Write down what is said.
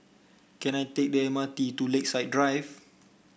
can I take the M R T to Lakeside Drive